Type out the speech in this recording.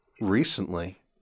recently